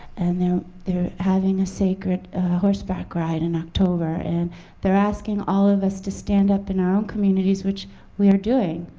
and they're they're having a sacred horse backride in october. and they're asking all of us to stand up in our own communities, which we are doing.